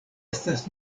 estas